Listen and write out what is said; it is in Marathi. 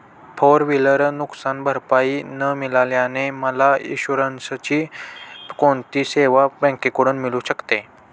फोर व्हिलर नुकसानभरपाई न मिळाल्याने मला इन्शुरन्सची कोणती सेवा बँकेकडून मिळू शकते?